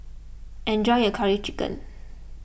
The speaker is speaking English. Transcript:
enjoy your Curry Chicken